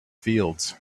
fields